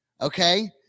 Okay